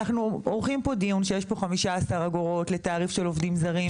אנחנו עורכים פה דיון שיש פה 15 אגורות לתעריף של עובדים זרים.